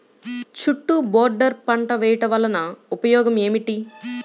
చుట్టూ బోర్డర్ పంట వేయుట వలన ఉపయోగం ఏమిటి?